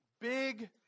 big